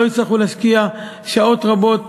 שלא יצטרכו להשקיע שעות רבות,